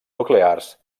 nuclears